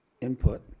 input